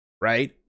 right